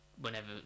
whenever